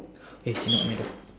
eh she knock on my door